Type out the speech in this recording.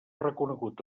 reconegut